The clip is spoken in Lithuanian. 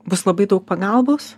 bus labai daug pagalbos